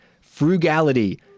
frugality